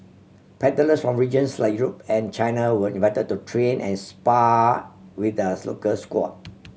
paddlers from regions like Europe and China were invited to train and spar with the ah local squad